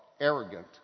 arrogant